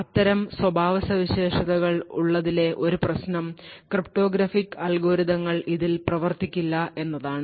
അത്തരം സ്വഭാവ സവിശേഷതകൾ ഉള്ളതിലെ ഒരു പ്രശ്നം ക്രിപ്റ്റോഗ്രാഫിക് അൽഗോരിതങ്ങൾ ഇതിൽ പ്രവർത്തിക്കില്ല എന്നതാണ്